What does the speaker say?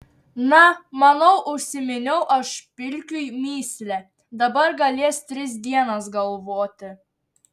na manau užminiau aš pilkiui mįslę dabar galės tris dienas galvoti